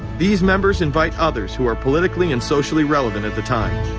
these members invite others, who are politically and socially relevant at the time.